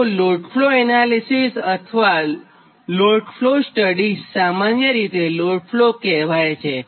તો load flow analysis અથવા power flow studies સામાન્ય રીતે લોડ ફ્લો કહેવાય છે